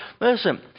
Listen